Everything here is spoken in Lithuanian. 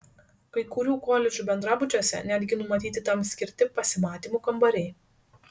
kai kurių koledžų bendrabučiuose netgi numatyti tam skirti pasimatymų kambariai